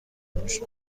گوش